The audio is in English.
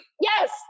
yes